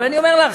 אבל אני אומר לך,